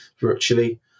virtually